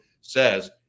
says